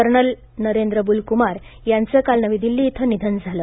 colonel Narendra Bull Kumar यांचे काल नवी दिल्ली इथं काल निधन झालं